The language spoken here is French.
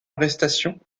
arrestation